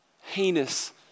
heinous